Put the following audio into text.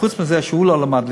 חוץ מזה שהוא לא למד ליבה,